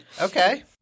Okay